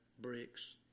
bricks